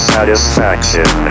Satisfaction